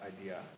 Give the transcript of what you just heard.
idea